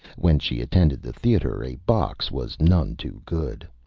when she attended the theater a box was none too good.